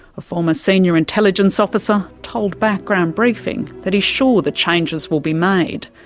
a former senior intelligence officer told background briefing that he's sure the changes will be made.